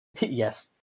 Yes